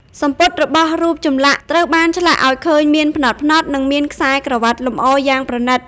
សំពត់របស់រូបចម្លាក់ត្រូវបានឆ្លាក់ឱ្យឃើញមានផ្នត់ៗ និងមានខ្សែក្រវាត់លម្អយ៉ាងប្រណីត។